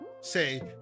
say